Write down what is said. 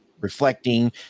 reflecting